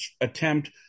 attempt